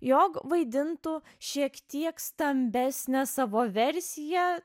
jog vaidintų šiek tiek stambesnę savo versiją